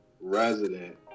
resident